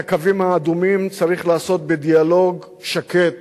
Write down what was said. את הקווים האדומים צריך לעשות בדיאלוג שקט,